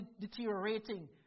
deteriorating